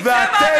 תצא